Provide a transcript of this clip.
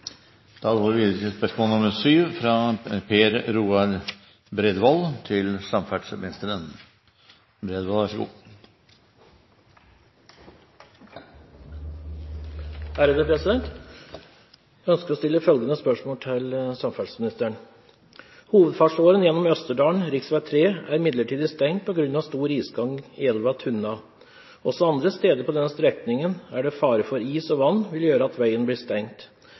Jeg ønsker å stille følgende spørsmål til samferdselsministeren: «Hovedfartsåren gjennom Østerdalen rv. 3 er midlertidig stengt på grunn av stor isgang i elva Tunna. Også andre steder på denne strekningen er det fare for at is og vann vil gjøre at veien blir stengt.